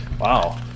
wow